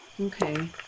Okay